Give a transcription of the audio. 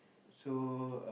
so uh